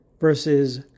versus